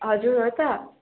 हजुर हो त